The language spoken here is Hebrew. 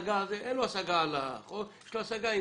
אין לו השגה על החוק אלא יש לו השגה אם